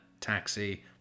taxi